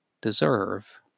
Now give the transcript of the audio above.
deserve